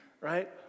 right